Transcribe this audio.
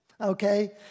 okay